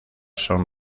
son